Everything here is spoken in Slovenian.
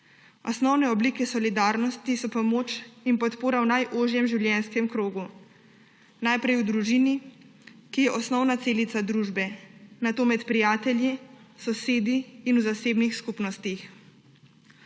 Osnovne oblike solidarnosti so pomoč in podpora v najožjem življenjskem krogu, najprej v družini, ki je osnovna celica družbe, nato med prijatelji, sosedi in v zasebnih skupnostih.